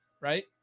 right